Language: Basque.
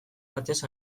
batez